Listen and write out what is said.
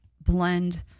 blend